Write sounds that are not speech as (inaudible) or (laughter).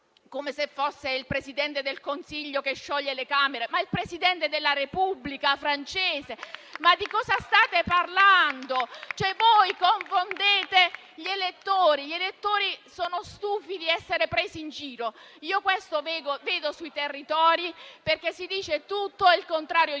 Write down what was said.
come se fosse il Presidente del Consiglio che scioglie le Camere, ma è il Presidente della Repubblica francese! (applause) Ma di cosa state parlando? Voi confondete gli elettori, che sono stufi di essere presi in giro. Questo vedo sui territori, perché si dice tutto e il contrario di tutto.